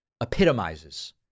epitomizes